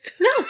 No